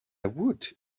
would